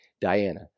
Diana